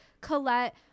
Colette